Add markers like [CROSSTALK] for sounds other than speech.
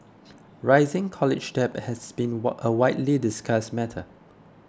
rising college debt has been [HESITATION] a widely discussed matter